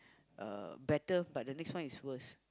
uh better but the next one is worse